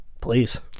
please